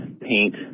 paint